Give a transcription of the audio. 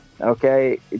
okay